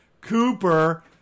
Cooper